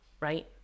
right